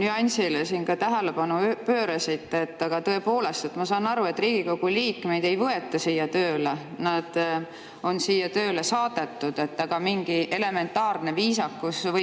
nüansile siin ka tähelepanu pöörasite. Aga tõepoolest, ma saan aru, et Riigikogu liikmeid ei võeta siia tööle, nad on siia tööle saadetud, aga mingi elementaarne viisakus võiks